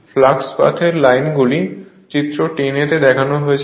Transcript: flux পাথের লাইনগুলি চিত্র 10a দেখানো হয়েছে